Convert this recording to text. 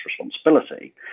responsibility